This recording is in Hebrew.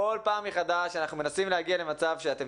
כל פעם מחדש אנחנו מנסים להגיע למצב שאתם